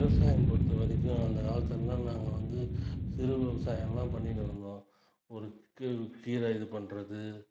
விவசாயம் பொறுத்த வரைக்கும் அந்த காலத்திலலான் நாங்கள் வந்து சிறு விவசாயம்லாம் பண்ணிட்டு இருந்தோம் ஒரு கீரை இது பண்ணுறது